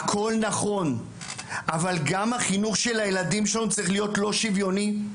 אבל למה שהחינוך של הילדים שלנו לא יהיה שוויוני?